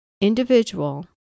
individual